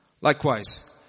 Likewise